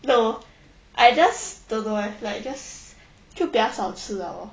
no I just don't know leh I just 就比较少吃 leh